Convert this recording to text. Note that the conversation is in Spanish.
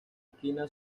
esquina